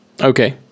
Okay